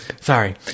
Sorry